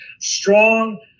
strong